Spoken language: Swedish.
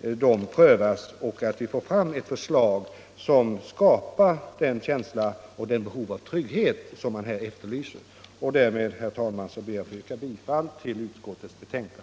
de bör prövas, så att vi får fram ett förslag som skapar den känsla av trygghet som man här efterlyser. Herr talman! Jag yrkar bifall till utskottets hemställan.